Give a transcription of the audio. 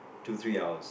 two three hours